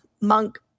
Monk